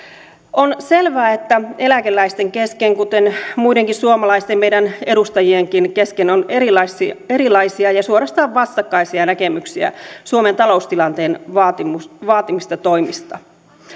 on selvää että eläkeläisten kesken kuten muidenkin suomalaisten meidän edustajienkin kesken on erilaisia erilaisia ja suorastaan vastakkaisia näkemyksiä suomen taloustilanteen vaatimista toimista